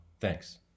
Thanks